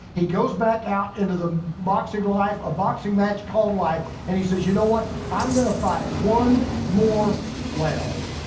he goes back out into the boxing life, a boxing match called life and he says, you know what, i'm gonna fight one more round.